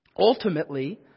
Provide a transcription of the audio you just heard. Ultimately